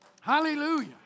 Hallelujah